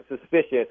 suspicious